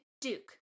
Duke